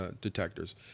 detectors